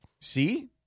See